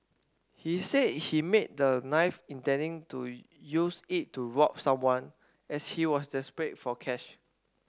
he said he made the knife intending to use it to rob someone as she was desperate for cash